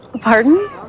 Pardon